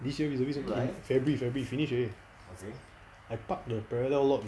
this year reservist february february finish already I parked the parallel lot leh